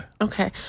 Okay